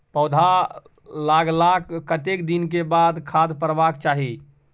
पौधा लागलाक कतेक दिन के बाद खाद परबाक चाही?